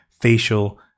facial